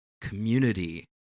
community